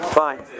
fine